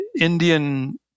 Indian